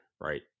right